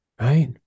Right